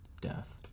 Death